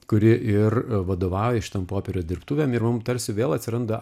kuri ir vadovauja šitam popierių dirbtuvėm ir mum tarsi vėl atsiranda